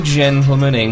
gentlemen